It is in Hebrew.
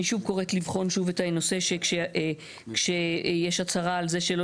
אני שוב קוראת לבחון שוב את הנושא שכשיש הצהרה על זה שלא